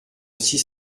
six